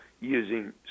using